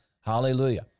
Hallelujah